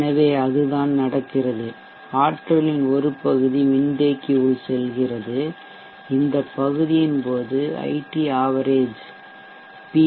எனவே அதுதான் நடக்கிறது ஆற்றலின் ஒரு பகுதி மின்தேக்கி உள் செல்கிறது இந்த பகுதியின் போது ஐடி ஆவரேஜ் பி